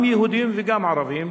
גם יהודים וגם ערבים,